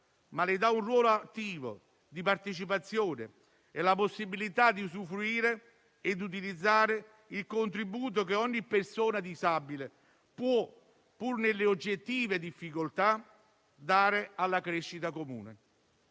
ma le dà un ruolo attivo di partecipazione e la possibilità di utilizzare il contributo che ogni persona disabile può offrire, pur nelle oggettive difficoltà, alla crescita comune.